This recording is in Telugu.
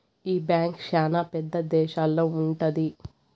ఈ బ్యాంక్ శ్యానా పెద్ద దేశాల్లో ఉంటది